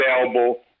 available